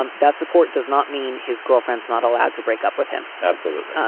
um that support does not mean his girlfriend's not allowed to break up with him. absolutely.